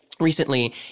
recently